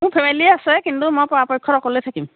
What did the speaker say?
মোৰ ফেমেলি আছে কিন্তু মই পৰাপক্ষত অকলেই থাকিম